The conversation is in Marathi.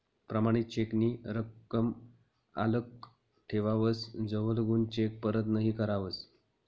प्रमाणित चेक नी रकम आल्लक ठेवावस जवलगून चेक परत नहीं करावस